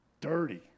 dirty